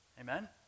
Amen